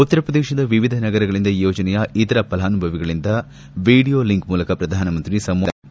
ಉತ್ತರಪ್ರದೇಶದ ವಿವಿಧ ನಗರಗಳಿಂದ ಈ ಯೋಜನೆಯ ಇತರ ಫಲಾನುಭವಿಗಳಿಂದ ವೀಡಿಯೊ ಲಿಂಕ್ ಮೂಲಕ ಪ್ರಧಾನಮಂತ್ರಿ ಸಂವಾದ ನಡೆಸಲಿದ್ದಾರೆ